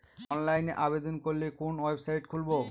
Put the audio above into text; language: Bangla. অনলাইনে আবেদন করলে কোন ওয়েবসাইট খুলব?